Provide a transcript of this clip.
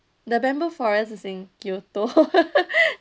the bamboo forest is in kyoto